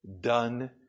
done